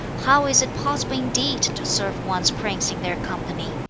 how is it possible indeed to serve one's prince in their company?